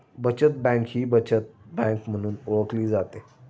बचत बँक ही बचत बँक म्हणून ओळखली जाते